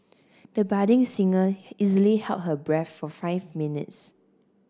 the budding singer easily held her breath for five minutes